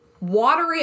watery